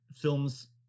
film's